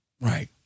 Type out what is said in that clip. right